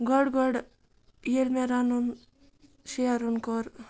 گۄڈٕ گۄڈٕ ییٚلہِ مےٚ رَنُن شیرُن کوٚر